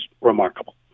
remarkable